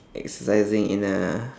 exercising in a